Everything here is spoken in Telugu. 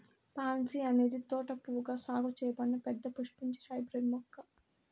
పాన్సీ అనేది తోట పువ్వుగా సాగు చేయబడిన పెద్ద పుష్పించే హైబ్రిడ్ మొక్క